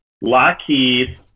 Lockheed